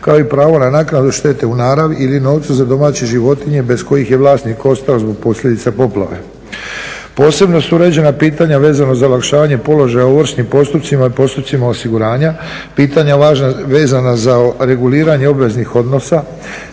kao i pravo na naknadu štete u naravi ili novcu za domaće životinje bez kojih je vlasnik ostao zbog posljedica poplave. Posebno su uređena pitanja vezano za olakšavanje položaja ovršnim postupcima i postupcima osiguranja, pitanja vezana za reguliranje obveznih odnosa,